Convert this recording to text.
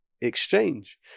exchange